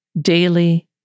daily